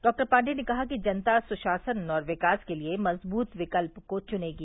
doctor Pandey ने कहा कि जनता सुशासन और विकास के लिए मजबूत विकल्प को चुनेगी